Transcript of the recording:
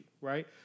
right